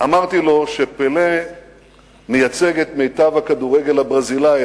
אמרתי לו שפלה מייצג את מיטב הכדורגל הברזילאי,